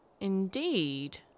Indeed